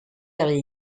del